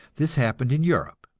this happened in europe,